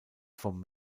vom